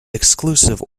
exclusive